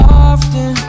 often